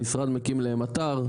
המשרד מקים להם אתר,